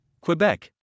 Quebec